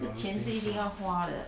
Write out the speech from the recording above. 这个钱是一定要花的